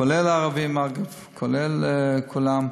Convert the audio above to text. כולל ערבים, אגב, כולל כולם,